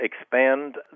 expand